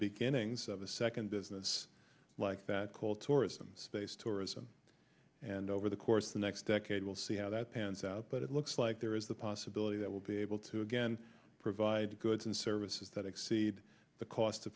beginnings of a second business like that called tourism space tourism and over the course the next decade we'll see how that pans out but it looks like there is the possibility that will be able to again provide goods and services that exceed the cost of